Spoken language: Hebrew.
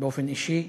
באופן אישי.